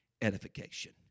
edification